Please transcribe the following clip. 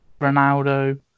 Ronaldo